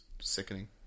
sickening